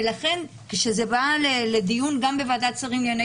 ולכן כשזה בא לדיון גם בוועדת שרים לענייני